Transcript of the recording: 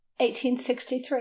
1863